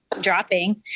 dropping